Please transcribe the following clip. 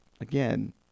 again